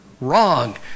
Wrong